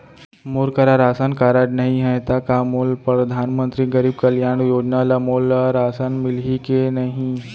मोर करा ration card नहीं है त का मोल परधानमंतरी गरीब कल्याण योजना ल मोला राशन मिलही कि नहीं?